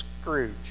Scrooge